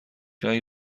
رنگ